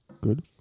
Good